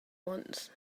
wants